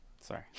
sorry